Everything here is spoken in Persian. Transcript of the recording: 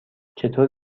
چطور